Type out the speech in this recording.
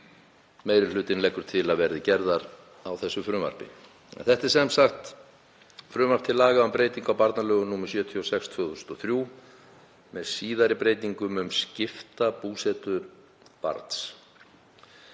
meiri hlutinn leggur til að verði gerðar á frumvarpinu. Þetta er sem sagt frumvarp til laga um breytingu á barnalögum, nr. 76/2003, með síðari breytingum um skipta búsetu barns.